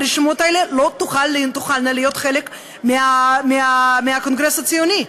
הרשימות האלה לא תוכלנה להיות חלק מהקונגרס הציוני.